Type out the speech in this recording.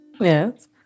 yes